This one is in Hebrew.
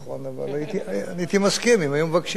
אבל אני הייתי מסכים אם היו מבקשים ממני.